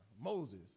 Moses